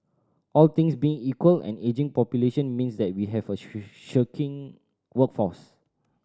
all things being equal an ageing population means that we have a shirking workforce